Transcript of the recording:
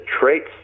traits